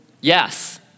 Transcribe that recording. Yes